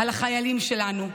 על החיילים שלנו,